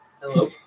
hello